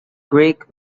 greek